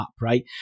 right